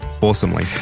Awesomely